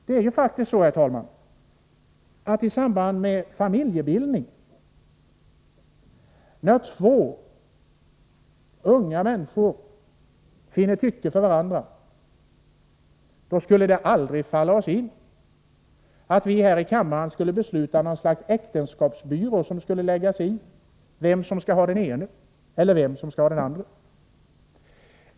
Det är faktiskt så, herr talman, att i samband med familjebildning, när två unga människor fattar tycke för varandra, då skulle det aldrig falla oss in att vi här i kammaren skulle besluta om något slags äktenskapsbyrå som skall lägga sig i vem som skall ha den ena och vem som skall ha den andra.